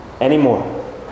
anymore